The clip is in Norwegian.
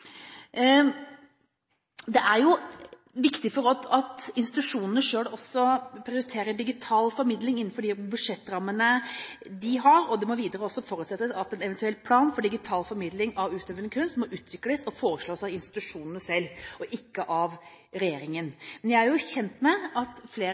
Det er viktig for oss at institusjonene selv også prioriterer digital formidling innenfor de budsjettrammene de har, og det må videre også forutsettes at en eventuell plan for digital formidling av utøvende kunst må utvikles og foreslås av institusjonene selv, og ikke av regjeringen. Men jeg er jo kjent med at flere